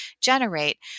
generate